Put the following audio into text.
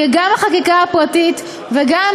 כי גם החקיקה הפרטית וגם,